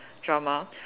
drama